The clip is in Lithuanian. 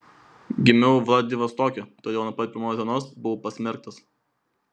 gimiau vladivostoke todėl nuo pat pirmos dienos buvau pasmerktas